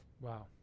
Wow